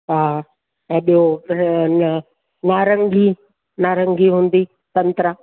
हा त ॿियो त ईअं नारंगी नारंगी हूंदी संतरा